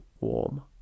warm